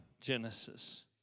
Genesis